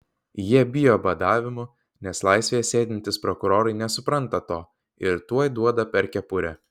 jie bijo badavimų nes laisvėje sėdintys prokurorai nesupranta to ir tuoj duoda per kepurę